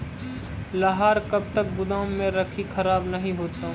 लहार कब तक गुदाम मे रखिए खराब नहीं होता?